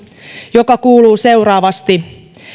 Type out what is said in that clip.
joka kuuluu seuraavasti